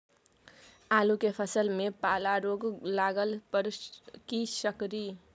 आलू के फसल मे पाला रोग लागला पर कीशकरि?